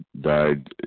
died